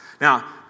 Now